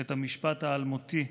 את המשפט האלמותי: